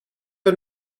but